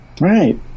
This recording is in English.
Right